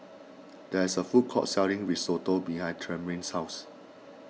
there is a food court selling Risotto behind Tremayne's house